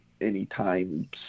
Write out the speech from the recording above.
anytime